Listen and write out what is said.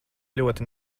ļoti